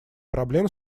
проблем